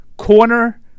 Corner